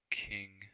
king